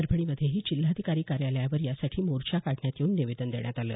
परभणीमध्येही जिल्हाधिकारी कार्यालयावर यासाठी मोर्चा काढण्यात येऊन निवेदन देण्यात आलं